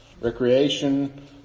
recreation